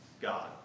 God